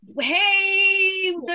hey